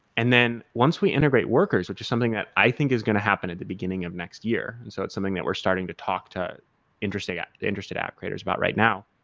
and then once we integrate workers, which is something that i think is going to happen at the beginning of next year, and so it's something that we're starting to talk to interested yeah to interested app creators about right now,